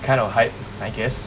kind of hype I guess